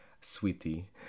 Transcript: sweetie